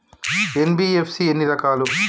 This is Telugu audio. ఎన్.బి.ఎఫ్.సి ఎన్ని రకాలు?